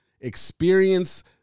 experience